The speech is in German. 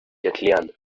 erklären